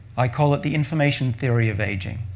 i call it the information theory of aging.